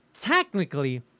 technically